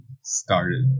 started